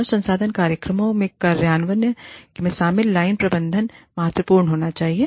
मानव संसाधन कार्यक्रमों के कार्यान्वयन में शामिल लाइन प्रबंधन महत्वपूर्ण होना चाहिए